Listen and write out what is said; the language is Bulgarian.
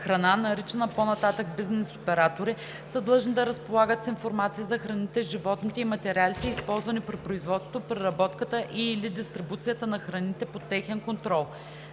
храна, наричани по-нататък „бизнес оператори“, са длъжни да разполагат с информация за храните, животните и материалите, използвани при производството, преработката и/или дистрибуцията на храните под техен контрол.“